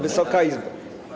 Wysoka Izbo!